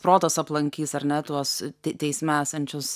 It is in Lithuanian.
protas aplankys ar ne tuos teisme esančius